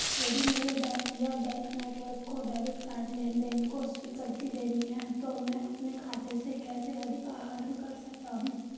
यदि मेरे बैंक या बैंक नेटवर्क को डेबिट कार्ड लेनदेन को स्वीकृति देनी है तो मैं अपने खाते से कैसे अधिक आहरण कर सकता हूँ?